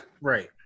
right